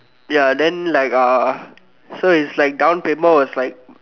ya then like ah so his like down payment was like